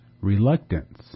reluctance